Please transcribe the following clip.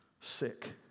sick